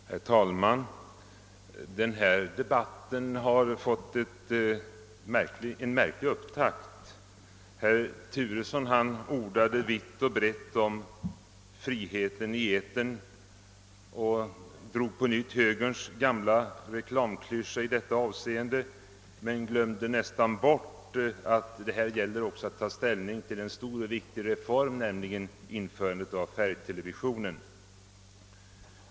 Herr talman! Denna debatt har fått en märklig upptakt. Herr Turesson ordade vitt och brett om »friheten i etern» och drog på nytt högerns gamla reklamklyscha men glömde nästan bort att det här gäller att också ta ställning till en stor och viktig reform, nämligen införande av färgtelevision.